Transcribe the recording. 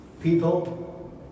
people